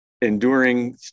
enduring